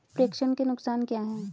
प्रेषण के नुकसान क्या हैं?